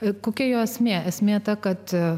ir kokia jo esmė esmė ta kad